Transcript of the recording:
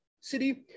city